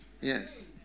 Yes